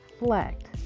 reflect